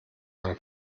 man